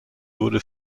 wurde